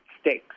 stakes